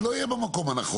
אני לא אהיה במקום הנכון,